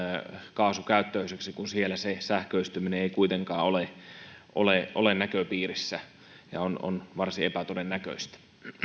kaasukäyttöiseksi kun siellä sähköistyminen ei kuitenkaan ole ole näköpiirissä ja on on varsin epätodennäköistä